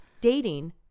dating